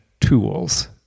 tools